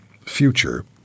future